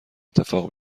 اتفاق